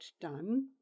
done